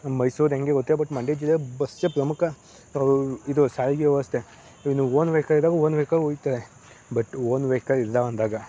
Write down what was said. ಮೈಸೂರು ಹೆಂಗೆ ಗೊತ್ತೆ ಬಟ್ ಮಂಡ್ಯ ಜಿಲ್ಲೆ ಬಸ್ಸೇ ಪ್ರಮುಖ ರೋ ಇದು ಸಾರಿಗೆ ವ್ಯವಸ್ಥೆ ಇನ್ನೂ ಓನ್ ವೆಹಿಕಲ್ ಇದ್ದಾಗ ಓನ್ ವೆಹಿಕಲ್ ಹೋಗ್ತದೆ ಬಟ್ ಓನ್ ವೆಹಿಕಲ್ ಇಲ್ಲ ಅಂದಾಗ